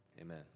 amen